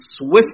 swift